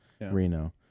Reno